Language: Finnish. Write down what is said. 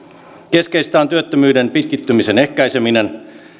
keskeistä on työttömyyden pitkittymisen ehkäiseminen